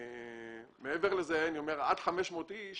מעבר לזה, עד 5,000 איש